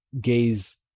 gaze